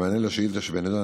במענה על השאילתה שבנדון,